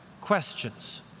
questions